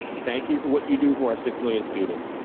thank you for what you do for our six million students.